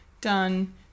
done